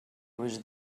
was